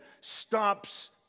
stops